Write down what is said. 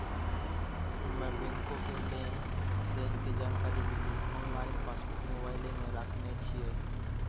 हम्मे बैंको के लेन देन के जानकारी लेली आनलाइन पासबुक मोबाइले मे राखने छिए